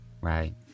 Right